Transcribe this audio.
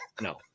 no